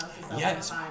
Yes